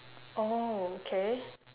oh K